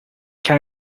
can